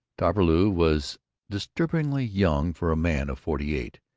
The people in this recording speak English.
doppelbrau was disturbingly young for a man of forty-eight.